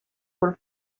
for